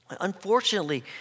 Unfortunately